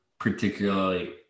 Particularly